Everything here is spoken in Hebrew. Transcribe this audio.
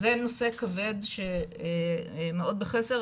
אז זה נושא כבד מאוד בחסר,